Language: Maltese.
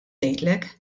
ngħidlek